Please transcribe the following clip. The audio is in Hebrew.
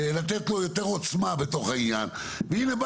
לתת לו יותר עוצמה בתוך העניין והנה,